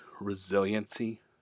resiliency